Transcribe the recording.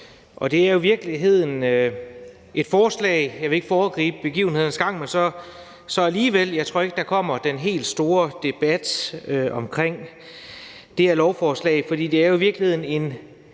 Det er jo i virkeligheden et forslag – jeg vil ikke foregribe begivenhedernes gang, men så alligevel – som jeg ikke tror der kommer den helt store debat omkring. For det her lovforslag er jo i virkeligheden en